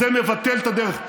זה מבטל את הדרך.